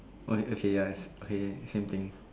o~ okay yes okay same thing